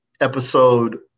episode